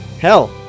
Hell